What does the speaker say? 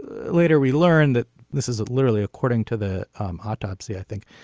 later we learned that this is literally according to the autopsy i think